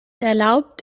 erlaubt